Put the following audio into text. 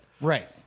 Right